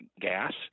gas